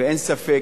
ואין ספק,